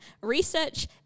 research